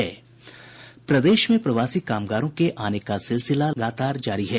प्रदेश में प्रवासी कामगारों के आने का सिलसिला जारी लगातार जारी है